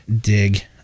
Dig